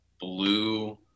blue